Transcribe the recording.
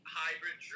hybrid